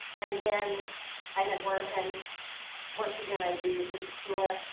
and then i had one. and once again, i agree with mrs. fluor.